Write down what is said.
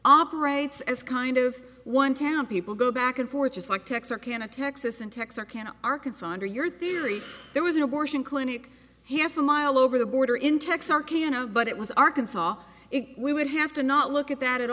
operates as kind of one town people go back and forth just like texarkana texas and texarkana arkansas under your theory there was an abortion clinic half a mile over the border in texarkana but it was arkansas we would have to not look at that at